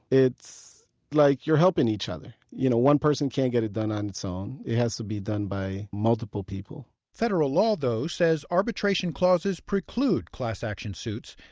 it's like you're helpin' each other. you know one person can't get it done on its own. it has to be done by multiple people federal law, though, says arbitration clauses preclude class-action suits.